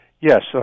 yes